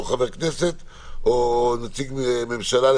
חבר כנסת או נציג ממשלה.